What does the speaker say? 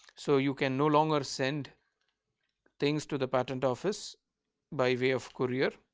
so, you can no longer send things to the patent office by way of courier